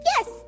Yes